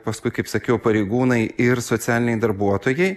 paskui kaip sakiau pareigūnai ir socialiniai darbuotojai